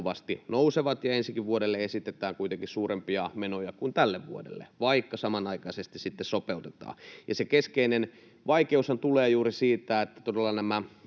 jatkuvasti nousevat. Ensi vuodellekin esitetään kuitenkin suurempia menoja kuin tälle vuodelle, vaikka samanaikaisesti sitten sopeutetaan. Se keskeinen vaikeushan tulee juuri siitä, että todella nämä